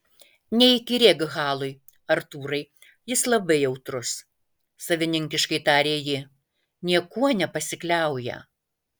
neįkyrėk halui artūrai jis labai jautrus savininkiškai tarė ji niekuo nepasikliauja